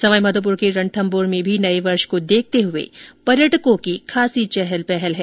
सवाई माधोपुर के रणथंभौर में भी नए वर्ष को देखते हुए पर्यटकों की चहल पहल है